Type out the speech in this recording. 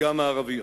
גם הערביות.